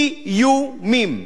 איומים.